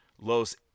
Los